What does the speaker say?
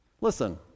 Listen